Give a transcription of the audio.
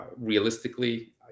realistically